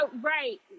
right